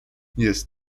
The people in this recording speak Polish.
jest